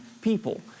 people